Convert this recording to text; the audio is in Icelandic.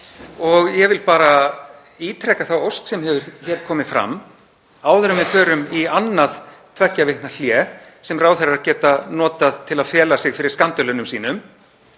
Ég vil bara ítreka þá ósk sem hefur komið fram að áður en við förum í annað tveggja vikna hlé, sem ráðherrar geta notað til að fela sig fyrir skandölunum sínum,